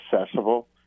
accessible